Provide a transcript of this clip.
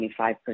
25%